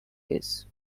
case